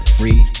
free